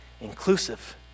inclusive